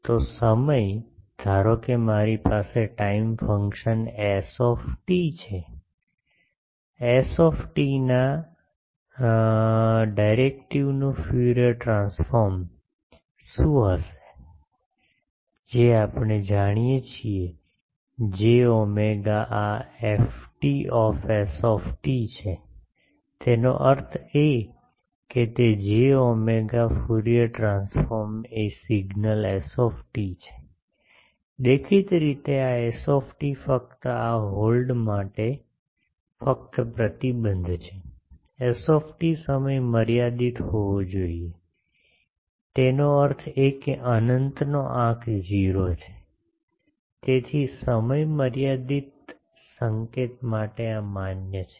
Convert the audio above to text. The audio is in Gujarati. તો સમય ધારો કે મારી પાસે ટાઇમ ફંકશન s છે s ટી ના ડેરિવેટિવનું ફ્યુરિયર ટ્રાન્સફોર્મ શું છે જે આપણે જાણીએ છીએ જે ઓમેગા આ Fts છે તેનો અર્થ એ કે તે j ઓમેગા ફ્યુરીઅર ટ્રાન્સફોર્મ એ સિગ્નલ s છે દેખીતી રીતે આ s ફક્ત આ હોલ્ડ માટે ફક્ત પ્રતિબંધ છે s સમય મર્યાદિત હોવો જોઈએ તેનો અર્થ એ કે અનંતનો આંક 0 છે તેથી સમય મર્યાદિત સંકેત માટે આ માન્ય છે